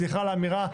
סליחה על האמירה,